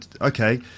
okay